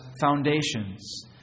foundations